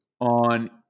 on